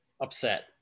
upset